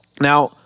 Now